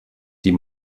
die